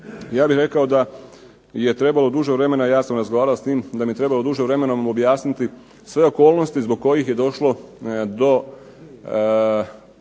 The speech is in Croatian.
Ja bih rekao da je trebalo duže vremena, ja sam razgovarao s njim da mi je trebalo duže vremena mu objasniti sve okolnosti zbog kojih je došlo do